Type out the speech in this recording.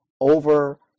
over